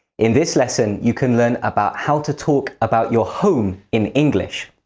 in this lesson, you can learn about how to talk about your home in english.